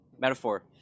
metaphor